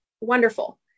Wonderful